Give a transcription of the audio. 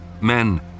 Men